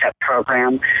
program